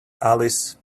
alice